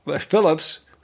Phillips